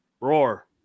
roar